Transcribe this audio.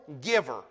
giver